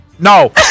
No